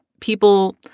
people